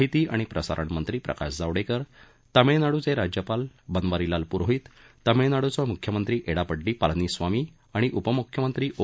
माहिती आणि प्रसारणमंत्री प्रकाश जावडेकर तमीळनाडूचे राज्यपाल बनवारीलाल पुरोहीत तमीळनाडुचे मुख्यमंत्री एडापड्डी पलनीस्वामी आणि उपमुख्यमंत्री ओ